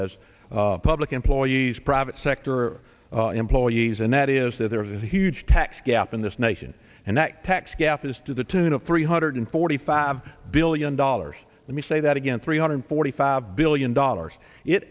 as public employees private sector employees and that is that there is a huge tax gap in this nation and that tax gap is to the tune of three hundred forty five billion dollars let me say that again three hundred forty five billion dollars it